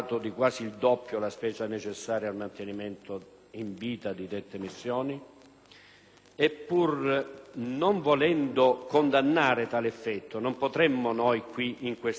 non volendo condannare tale effetto, non potremmo qui in quest'Aula, con l'aiuto del Governo che è il proponente di questi disegni di legge, approfittare dell'occasione dataci